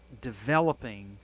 developing